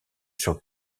sur